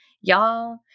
y'all